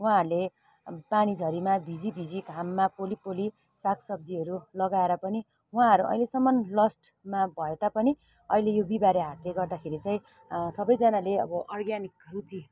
उहाँहरूले पानी झरिमा भिझी भिझी घाममा पोली पोली साग सब्जीहरू लगाएर पनि उहाँहरू अहिलेसम्म लस्टमा भए तापनि अहिले यो बिहीबारे हाटले गर्दाखेरि चाहिँ सबैजनाले अब अर्ग्यानिक रुचि